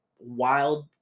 wild